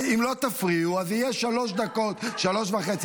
אם לא תפריעו, אז יהיה שלוש דקות, שלוש וחצי.